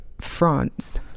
France